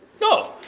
No